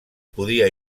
podia